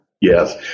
Yes